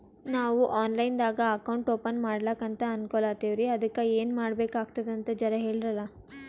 ನಾವು online ದಾಗ account open ಮಾಡ್ಲಕಂತ ಅನ್ಕೋಲತ್ತೀವ್ರಿ ಅದಕ್ಕ ಏನ ಮಾಡಬಕಾತದಂತ ಜರ ಹೇಳ್ರಲ?